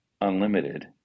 unlimited